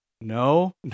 No